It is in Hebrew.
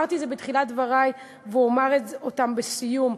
אמרתי בתחילת דברי ואומר גם בסיום: